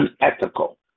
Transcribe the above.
unethical